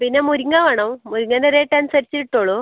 പിന്നെ മുരിങ്ങ വേണം മുരിങ്ങൻ്റെ റേറ്റ് അനുസരിച്ച് ഇട്ടോളൂ